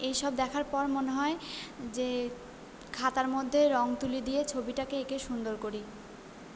এইসব দেখার পর মনে হয় যে খাতার মধ্যে রঙ তুলি দিয়ে ছবিটাকে এঁকে সুন্দর করি